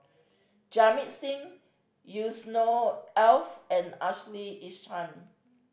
Jamit Singh Yusnor Ef and Ashley Isham